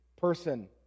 person